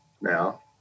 now